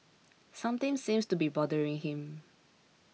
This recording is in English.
something seems to be bothering him